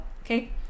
Okay